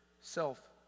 self